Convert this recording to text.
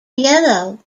yellow